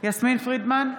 יסמין פרידמן,